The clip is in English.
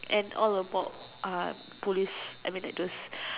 and all about uh police I mean like those